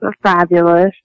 fabulous